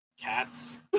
cats